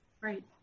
Right